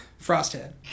Frosthead